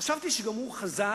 חשבתי שהוא חזר,